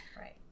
Right